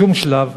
בשום שלב,